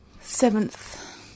Seventh